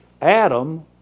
Adam